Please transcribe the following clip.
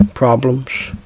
problems